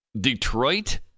Detroit